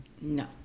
No